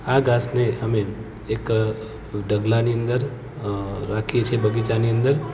આ ઘાસને આમે એક ઢગલાની અંદર રાખીએ છીએ બાગીચાની અંદર